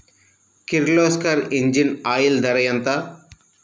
Kirloskar engine oil ధర ఎంత?